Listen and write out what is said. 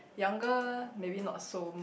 younger maybe not so